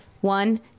One